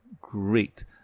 great